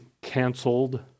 canceled